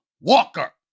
Walker